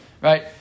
Right